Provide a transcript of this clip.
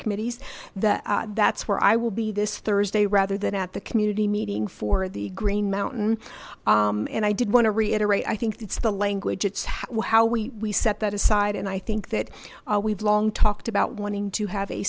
committees that that's where i will be this thursday rather than at the community meeting for the green mountain and i did want to reiterate i think it's the language it's how we set that aside and i think that we've long talked about wanting to have a